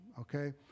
Okay